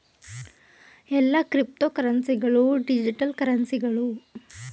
ಎಲ್ಲಾ ಕ್ರಿಪ್ತೋಕರೆನ್ಸಿ ಗಳು ಡಿಜಿಟಲ್ ಕರೆನ್ಸಿಗಳು